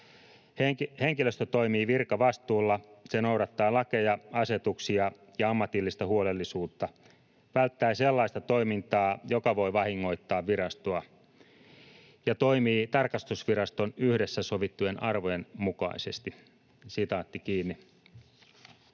Henkilöstö toimii virkavastuulla. Se noudattaa lakeja, asetuksia ja ammatillista huolellisuutta, välttää sellaista toimintaa, joka voi vahingoittaa virastoa, ja toimii tarkastusviraston yhdessä sovittujen arvojen mukaisesti.” Valtiontalouden